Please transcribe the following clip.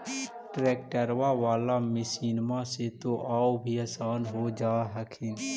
ट्रैक्टरबा बाला मसिन्मा से तो औ भी आसन हो जा हखिन?